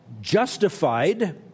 justified